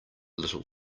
little